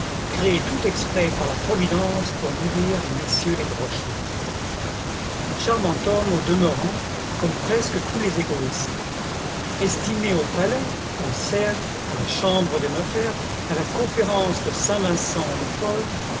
generated at charmant homme au demeurant comme presque tous les égoïstes estimé au palais au cercle à la chambre des notaires à la conférence de saint-vincent de paul